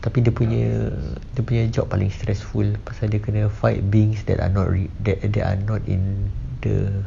tapi dia dia punya job paling stressful pasal dia kena fight things that are not re~ that are not in the